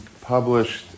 published